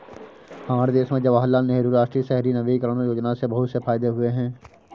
हमारे देश में जवाहरलाल नेहरू राष्ट्रीय शहरी नवीकरण योजना से बहुत से फायदे हुए हैं